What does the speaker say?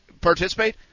participate